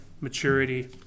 maturity